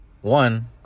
one